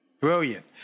brilliant